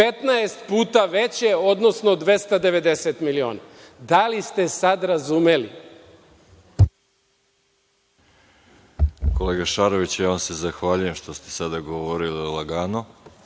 15 puta veće, odnosno 290 miliona. Da li ste sada razumeli? **Veroljub Arsić** Kolega Šaroviću, ja vam se zahvaljujem što ste sada govorili lagano.